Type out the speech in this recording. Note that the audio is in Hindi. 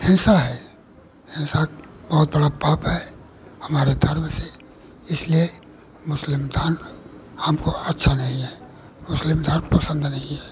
हिंसा है हिंसा बहुत बड़ा पाप है हमारे धर्म से इसलिए मुस्लिम धर्म हमको अच्छा नहीं है मुस्लिम धर्म पसंद नहीं है